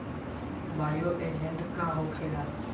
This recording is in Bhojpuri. बायो एजेंट का होखेला?